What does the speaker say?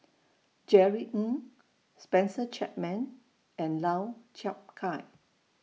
Jerry Ng Spencer Chapman and Lau Chiap Khai